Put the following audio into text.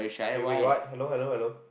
K wait what hello hello